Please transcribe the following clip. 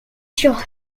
sur